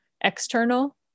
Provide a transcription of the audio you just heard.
external